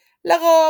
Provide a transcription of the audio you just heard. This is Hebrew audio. לרוב,